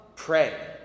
Pray